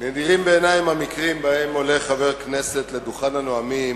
נדירים בעיני הם המקרים שבהם חבר כנסת עולה לדוכן הנואמים